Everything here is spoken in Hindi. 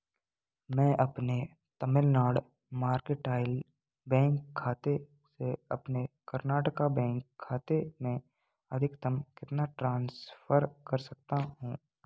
मैं अपने तमिलनाड मार्केटाइल बैंक खाते से अपने कर्नाटका बैंक खाते में अधिकतम कितना ट्रांसफ़र कर सकता हूँ